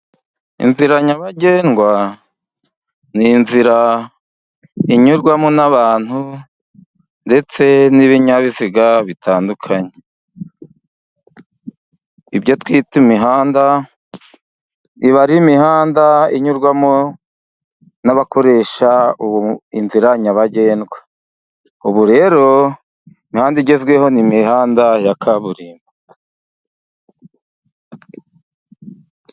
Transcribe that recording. Inzira nyabagendwa, n'inzira inyurwamo n'abantu ndetse n'ibinyabiziga bitandukanye, ibyo twita imihanda, iba ar'imihanda inyurwamo n'abakoresha inzira nyabagendwa, ubu rero imihanda igezweho n'imihanda ya kaburimbo.